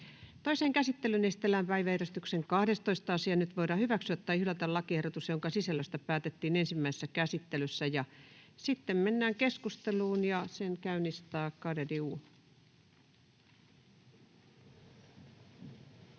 Toiseen käsittelyyn esitellään päiväjärjestyksen 16. asia. Nyt voidaan hyväksyä tai hylätä lakiehdotus, jonka sisällöstä päätettiin ensimmäisessä käsittelyssä. — Keskustelu, edustaja